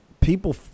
people